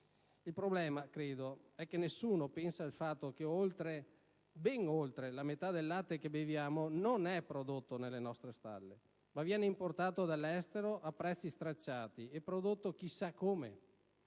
dal fatto che nessuno pensa che ben oltre la metà del latte che beviamo non è prodotto nelle nostre stalle, ma viene importato dall'estero a prezzi stracciati e prodotto chissà come